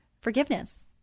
forgiveness